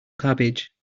cabbage